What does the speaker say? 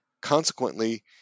Consequently